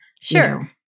Sure